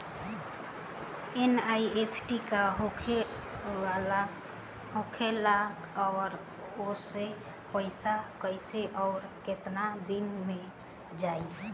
NEFT का होखेला और ओसे पैसा कैसे आउर केतना दिन मे जायी?